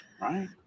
Right